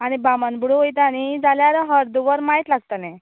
आनी बामणबुडो वयता न्ही जाल्यार अर्दवर मायज लागतलें